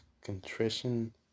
contrition